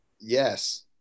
Yes